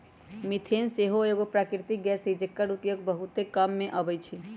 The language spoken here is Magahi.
मिथेन सेहो एगो प्राकृतिक गैस हई जेकर उपयोग बहुते काम मे अबइ छइ